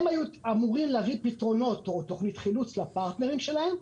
הם היו אמורים להביא פתרונות: או תוכנית חילוץ לפרטנרים שלהם,